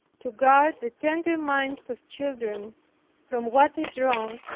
to guard the tender minds of children from what is wrong,